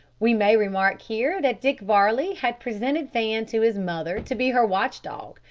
we may remark here that dick varley had presented fan to his mother to be her watch-dog,